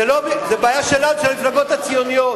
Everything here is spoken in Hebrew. זאת, זאת בעיה שלנו, של המפלגות הציוניות.